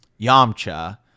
Yamcha